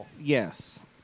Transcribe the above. yes